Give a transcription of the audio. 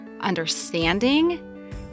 understanding